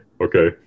Okay